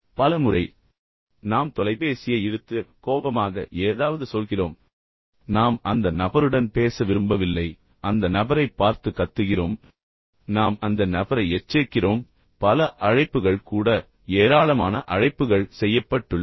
எத்தனை முறை நாம் தொலைபேசியை கீழே இழுத்து பின்னர் கோபமாக ஏதாவது சொல்கிறோம் நாம் அந்த நபருடன் பேச விரும்பவில்லை அந்த நபரைப் பார்த்து கத்துகிறோம் நாம் அந்த நபரை எச்சரிக்கிறோம் பல அழைப்புகள் கூட ஏராளமான அழைப்புகள் செய்யப்பட்டுள்ளன